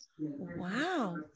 Wow